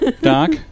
Doc